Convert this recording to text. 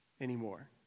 anymore